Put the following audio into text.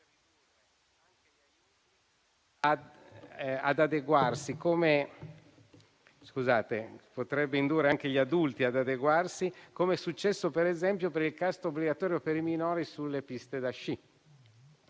anche per i minorenni potrebbe indurre anche gli adulti ad adeguarsi, come è successo, per esempio, per il casco obbligatorio per i minori sulle piste da sci.